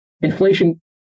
inflation